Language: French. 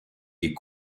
est